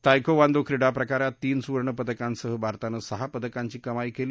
taekwondo क्रीडा प्रकारात तीन सुवर्णपदकांसह भारतानं सहा पदकांची कमाई केली